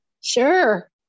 Sure